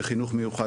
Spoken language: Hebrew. בחינוך המיוחד,